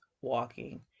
walking